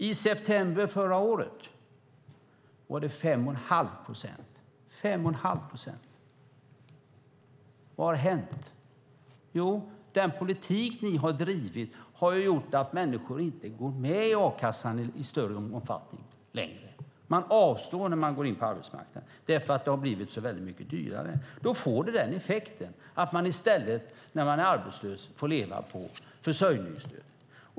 I september förra året var det 5 1⁄2 procent. Vad har hänt? Jo, den politik som ni har drivit har gjort att människor inte går med i a-kassan i någon större omfattning längre. Man avstår eftersom det har blivit så väldigt mycket dyrare. Då får det den effekten att man i stället, när man är arbetslös, får leva på försörjningsstöd.